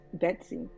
Betsy